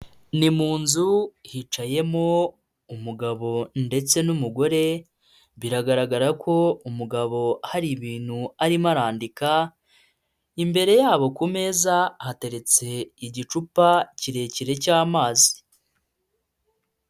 Ni mu nzu hicayemo umugabo ndetse n’umugore. Biragaragara ko umugabo hari ibintu arimo arandika, imbere yabo ku meza hateretse igicupa kirekire cy’amazi.